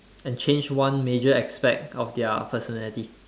and change one major aspect of their personality